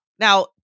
Now